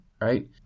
right